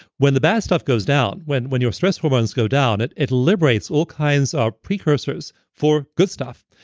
when the bad stuff goes down, when when your stress hormones go down, it it liberates all kinds of precursors for good stuff.